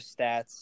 stats